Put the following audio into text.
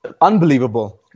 Unbelievable